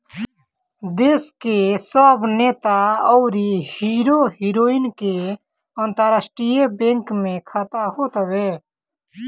देस के सब नेता अउरी हीरो हीरोइन के अंतरराष्ट्रीय बैंक में खाता होत हअ